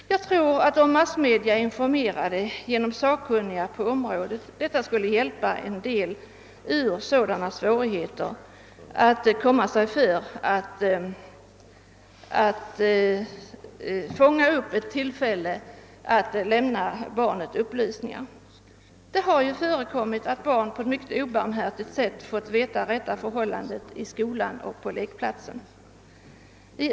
Jag tror att en information genom sakkunniga på området i massmedia skulle hjälpa en del ur sådana svårigheter, så att de kommer sig för att fånga upp det rätta tillfället att lämna upplysningen till barnet. Det har ju förekommit att barn på ett mycket obarmhärtigt sätt blivit upplysta om det rätta förhållandet i skolan eller på lekplatsen.